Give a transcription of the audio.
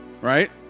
right